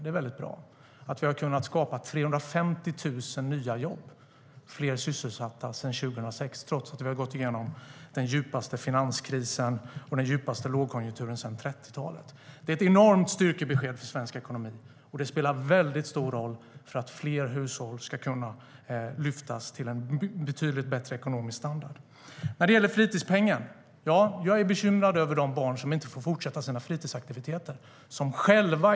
Det är väldigt bra att vi har kunnat skapa 350 000 nya jobb och att fler är sysselsatta sedan 2006, trots att vi har gått igenom den djupaste finanskrisen och den djupaste lågkonjunkturen sedan 30-talet. Det är ett enormt styrkebesked för svensk ekonomi. Och det spelar väldigt stor roll för att fler hushåll ska kunna lyftas till en betydligt bättre ekonomisk standard. När det gäller fritidspengen är jag bekymrad över de barn som inte får fortsätta med sina fritidsaktiviteter.